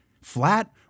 flat